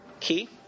key